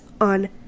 on